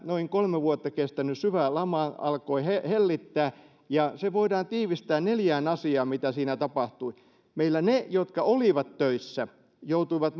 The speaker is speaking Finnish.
noin kolme vuotta kestänyt syvä lama alkoi hellittää ja se voidaan tiivistää neljään asiaan mitä siinä tapahtui meillä he jotka olivat töissä joutuivat